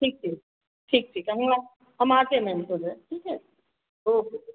ठीक ठीक ठीक ठीक अभी हम हम आते हैं मैम थोड़ी देर में ठीक है ओके